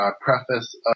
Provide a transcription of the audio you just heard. preface